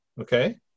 okay